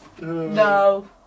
No